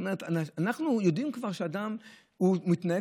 כלומר אנחנו יודעים כבר שאדם מתנהג